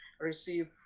receive